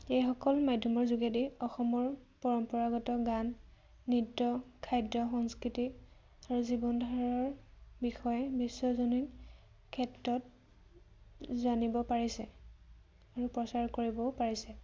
এইসকল মাধ্যমৰ যোগেদি অসমৰ পৰম্পৰাগত গান নৃত্য খাদ্য সংস্কৃতি আৰু জীৱনধাৰাৰ বিষয়ে বিশ্বজনীন ক্ষেত্ৰত জানিব পাৰিছে আৰু প্ৰচাৰ কৰিবও পাৰিছে